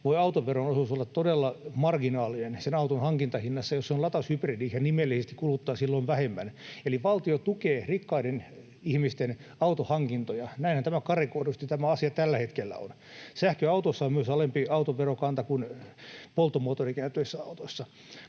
autoveron osuus olla todella marginaalinen sen auton hankintahinnasta, jos auto on lataushybridi ja nimellisesti kuluttaa silloin vähemmän. Eli valtio tukee rikkaiden ihmisten autohankintoja, näinhän tämä asia karrikoidusti tällä hetkellä on. Sähköautoissa on myös alempi autoverokanta kuin polttomoottorikäyttöisissä autoissa.